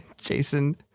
Jason